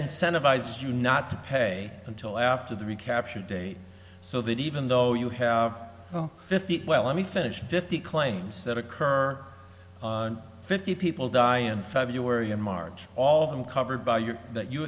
incentivize you not to pay until after the recapture date so that even though you have fifty well let me finish fifty claims that occur fifty people die in february and march all of them covered by your that you